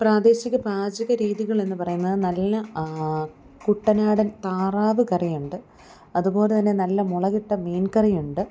പ്രാദേശിക പാചകരീതികളെന്ന് പറയുന്നത് നല്ല കുട്ടനാടൻ താറാവ് കറിയുണ്ട് അതുപോലെ തന്നെ നല്ല മുളക് ഇട്ട മീൻകറിയുണ്ട്